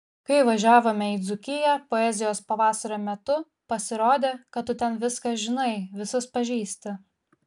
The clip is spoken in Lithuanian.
kai važiavome į dzūkiją poezijos pavasario metu pasirodė kad tu ten viską žinai visus pažįsti